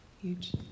huge